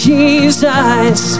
Jesus